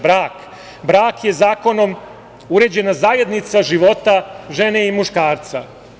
Brak – brak je zakonom uređena zajednica života žene i muškarca.